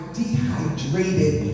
dehydrated